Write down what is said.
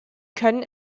können